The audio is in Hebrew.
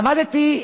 למדתי,